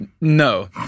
No